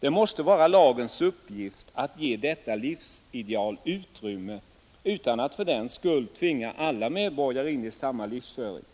Det måste vara lagens uppgift att ge de livsidéerna utrymme utan att fördenskull tvinga alla medborgare in i samma livsföring.